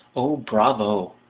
oh, bravo!